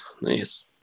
nice